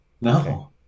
No